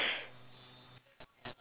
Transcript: okay what